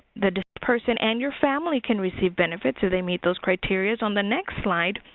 the person and your family, can receive benefits if they meet those criterias. on the next slide,